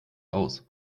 aus